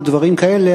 או דברים כאלה.